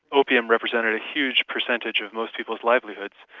opium represented a huge percentage of most people's livelihoods,